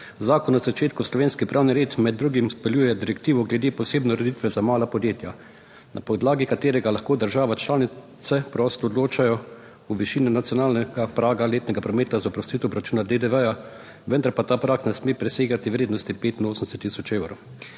Zakon na začetku v slovenski pravni red med drugim vpeljuje direktivo glede posebne ureditve za mala podjetja, na podlagi katerega lahko države članice prosto odločajo o višini nacionalnega praga letnega prometa za oprostitev obračuna DDV, vendar pa ta prag ne sme presegati vrednosti 85